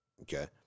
okay